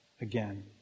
again